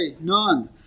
none